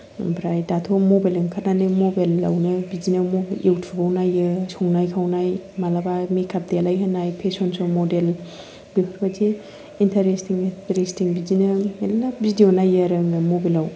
ओमफ्राय दाथ' मबाइल ओंखारनानै मबाइलावनो बिदिनो इउटुबाव नायो संनाय खावनाय मालाबा मेक आप देलायहोनाय फेशन स' मदेल बेफोरबायदि इन्थारेस्तिं इन्थारेस्तिं बिदिनो मेल्ला भिदिअ नायो आरो आङो मबाइलाव